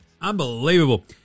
Unbelievable